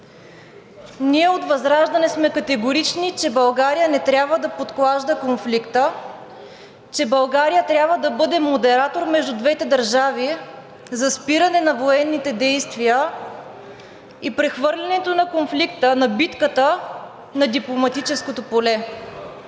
Ние от ВЪЗРАЖДАНЕ сме категорични, че България не трябва да подклажда конфликта, че България трябва да бъде модератор между двете държави за спиране на военните действия и прехвърлянето на конфликта – на битката, на дипломатическото поле,